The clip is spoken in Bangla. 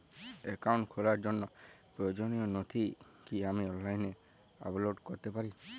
অ্যাকাউন্ট খোলার জন্য প্রয়োজনীয় নথি কি আমি অনলাইনে আপলোড করতে পারি?